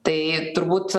tai turbūt